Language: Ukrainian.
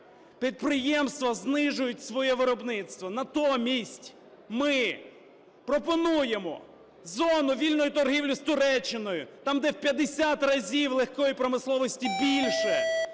Підприємства знижують своє виробництво, натомість ми пропонуємо зону вільної торгівлі з Туреччиною, там, де в 50 разів легкої промисловості більше,